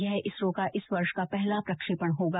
यह इसरो का इस वर्ष का पहला प्रक्षेपण होगा